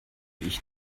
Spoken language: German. ich